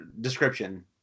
description